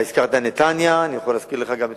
אתה הזכרת את נתניה, ואני יכול להזכיר לך גם את